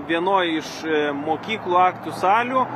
vienoj iš mokyklų aktų salių